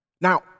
Now